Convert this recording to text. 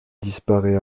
disparaît